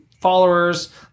followers